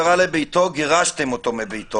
גירשתם אותו לביתו.